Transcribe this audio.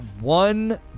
one